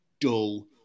dull